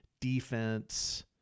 defense